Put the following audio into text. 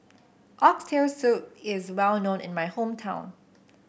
Oxtail Soup is well known in my hometown